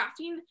crafting